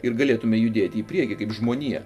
ir galėtume judėti į priekį kaip žmonija